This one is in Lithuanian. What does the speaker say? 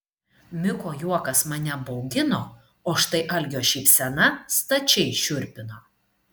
miko juokas mane baugino o štai algio šypsena stačiai šiurpino